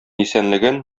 исәнлеген